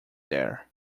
there